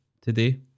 today